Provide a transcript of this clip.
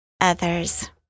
others